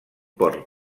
port